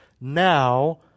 now